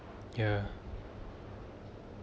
ya